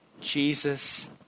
Jesus